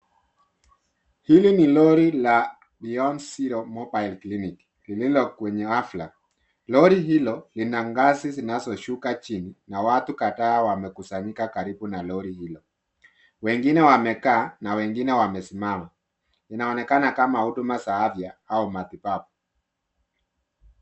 Hili ni Lori la beyond zero mobile clinic. Lililo kwenye ghalfa. Lori hilo lina ngazi zinazoshuka chini na watu kadhaa wamekusanyika karibu na Lori hilo. Wengine wamekaa na wengine wamesimama. Inaonekana kama huduma za afya au matibabu.